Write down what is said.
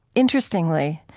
interestingly,